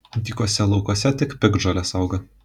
dykuose laukuose tik piktžolės auga